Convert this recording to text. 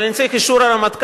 אבל אני צריך אישור הרמטכ"ל,